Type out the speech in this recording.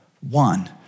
One